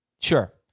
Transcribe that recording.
Sure